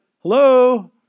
hello